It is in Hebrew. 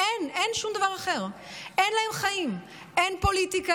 אין שום דבר אחר, אין להם חיים, אין פוליטיקה,